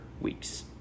weeks